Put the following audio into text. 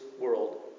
world